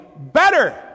better